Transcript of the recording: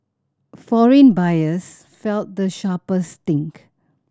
foreign buyers felt the sharpest sting